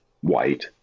White